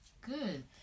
Good